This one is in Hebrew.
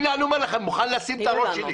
הנה, אני אומר לך אני מוכן לשים את הראש שלי.